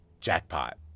Jackpot